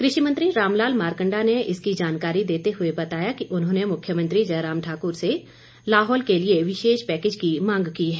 कृषि मंत्री रामलाल मारकंटा ने इसकी जानकारी देते हुए बताया कि उन्होंने मुख्यमंत्री जयराम ठाक्र से लाहौल के लिए विशेष पैकेज की मांग की है